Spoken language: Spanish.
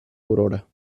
aurora